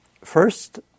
first